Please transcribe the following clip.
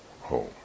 home